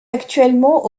actuellement